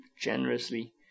generously